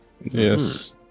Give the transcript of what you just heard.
Yes